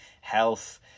health